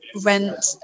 rent